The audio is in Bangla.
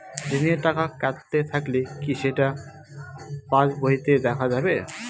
ঋণের টাকা কাটতে থাকলে কি সেটা পাসবইতে দেখা যাবে?